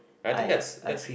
I think that's that's